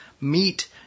meat